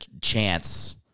chance